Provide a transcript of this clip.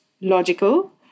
logical